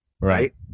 Right